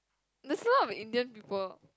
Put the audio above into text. there's a lot of Indian people